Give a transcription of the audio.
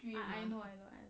I I know I know